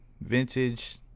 vintage